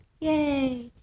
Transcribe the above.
yay